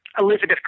Elizabeth